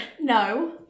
No